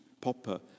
Popper